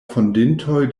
fondintoj